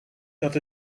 dat